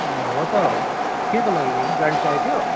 अँ हो त केको लागि बैनी गाडी चाहिएको थियो